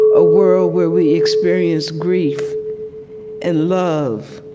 a world where we experience grief and love